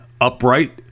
upright